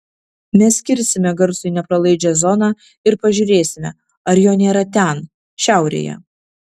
mes kirsime garsui nepralaidžią zoną ir pažiūrėsime ar jo nėra ten šiaurėje